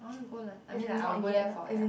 I wanna go lon~ I mean like I will go there for ya